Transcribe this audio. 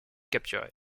capturer